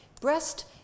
breast